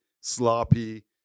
sloppy